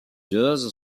choses